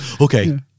okay